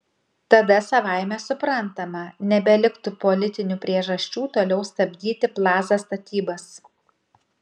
tada savaime suprantama nebeliktų politinių priežasčių toliau stabdyti plaza statybas